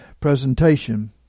presentation